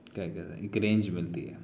کیا کہتے ہیں ایک رینج ملتی ہے